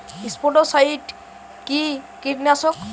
স্পোডোসাইট কি কীটনাশক?